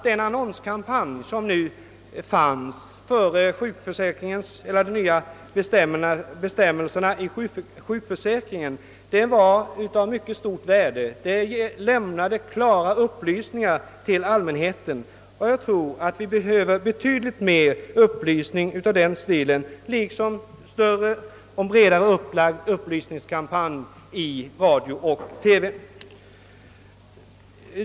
Den annonskampanj som fördes före nyår beträffande införandet av de nya bestämmelserna om sjukförsäkringen var enligt min uppfattning av mycket stort värde. Den lämnade klara besked till allmänheten, och jag anser att vi behöver betydligt mer upplysning i den stilen liksom mera brett upplagda upplysningskampanjer i radio och TV.